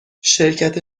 شرکت